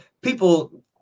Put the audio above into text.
people